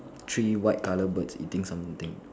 three white colour birds eating something